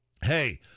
hey